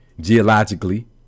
geologically